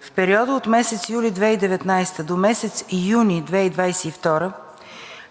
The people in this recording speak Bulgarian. В периода от месец юли 2019 г. до месец юни 2022 г.